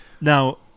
Now